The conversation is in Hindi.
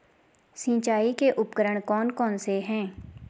सिंचाई के उपकरण कौन कौन से हैं?